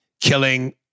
Killing